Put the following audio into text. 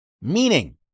meaning